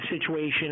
situation